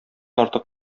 артык